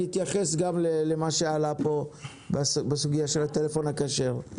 אני אתייחס גם למה שעלה פה בסוגיה של הטלפון הכשר.